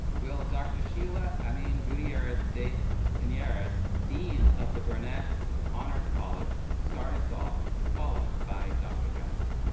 will dr. sheila amin gutieerrez de pinneres, dean of the burnett honors college, start us off, followed by dr. johnson.